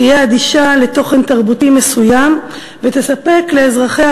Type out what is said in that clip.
תהיה אדישה לתוכן תרבותי מסוים ותספק לאזרחיה